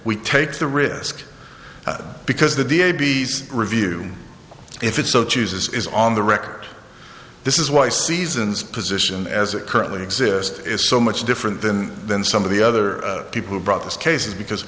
we take the risk because the the a b s review if it so chooses is on the record this is why season's position as it currently exists is so much different than than some of the other people who brought this case is because